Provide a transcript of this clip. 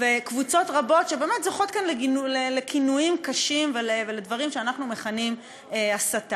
וקבוצות רבות שבאמת זוכות כאן לכינויים קשים ולדברים שאנחנו מכנים הסתה.